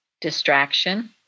Distraction